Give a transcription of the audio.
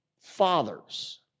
fathers